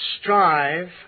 strive